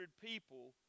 people